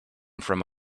from